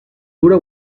dura